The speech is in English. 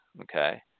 okay